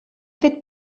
fet